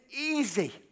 easy